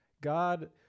God